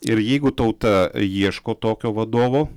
ir jeigu tauta ieško tokio vadovo